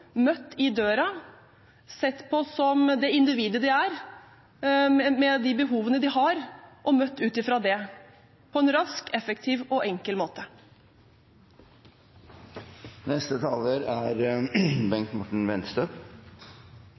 møtt i døren og sett på som de individene de er, med de behovene de har, og møtt ut fra det på en rask, effektiv og enkel måte. Det er